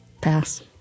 Pass